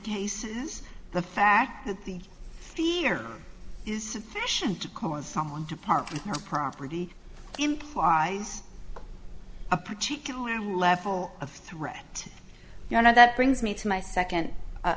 cases the fact that the fear is sufficient to cause someone to park their property implies a particular level of threat you know that brings me to my second